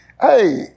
Hey